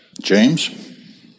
James